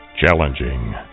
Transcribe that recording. Challenging